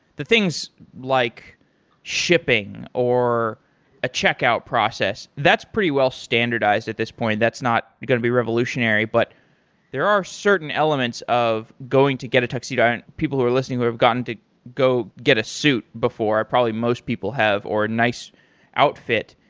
the things like shipping or a checkout process, that's pretty well standardized at this point. that's not going to be revolutionary, but there are certain elements of going to get a tuxedo. people who are listening who have gotten to go get a suit before, probably most people have, or nice outfit.